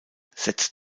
setz